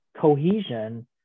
cohesion